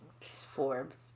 Forbes